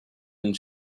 and